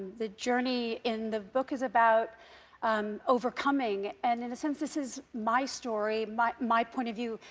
the journey in the book is about um overcoming. and in a sense, this is my story, my my point of view.